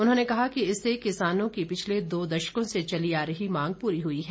उन्होंने कहा कि इससे किसानों की पिछले दो दशकों से चली आ रही मांग पूरी हुई है